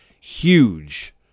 huge